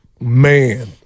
Man